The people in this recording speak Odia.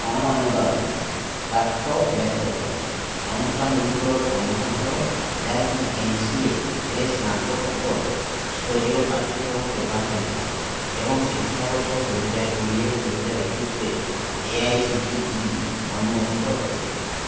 ଅଣଅନୁଦାନ ପ୍ରାପ୍ତ ବେସରକାରୀ ଅନୁଷ୍ଠାନଗୁଡ଼ିକର ସନ୍ଧାନ କର ଯାହାକି ଏମ୍ସିଏରେ ସ୍ନାତକୋତ୍ତର ସ୍ତରୀୟ ପାଠ୍ୟକ୍ରମ ପ୍ରଦାନ କରିଥାଏ ଏବଂ ଶିକ୍ଷାବର୍ଷ ଦୁଇହାଜର କୋଡ଼ିଏ ଦୁଇହାଜର ଏକୋଇଶରେ A I C T E ଅନୁମୋଦିତ ଅଟେ